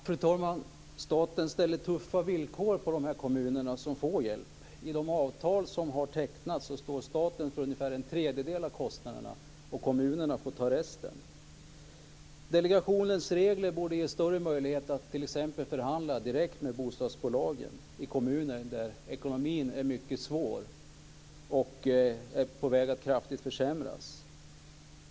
Fru talman! Staten ställer tuffa villkor på de kommuner som får hjälp. I fråga om de avtal som har tecknats står staten för ungefär en tredjedel av kostnaderna. Kommunerna får ta resten. Delegationens regler borde ge större möjligheter att t.ex. förhandla direkt med bostadsbolagen i kommuner där ekonomin är mycket svår och är på väg att kraftigt försämras.